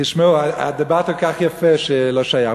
תשמעו, דיברת כל כך יפה, שלא שייך.